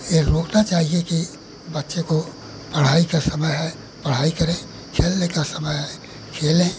यह रोकना चाहिए कि बच्चे को पढ़ाई का समय है पढ़ाई करें खेलने का समय है खेलें